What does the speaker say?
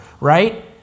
right